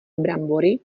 brambory